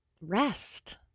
rest